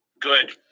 Good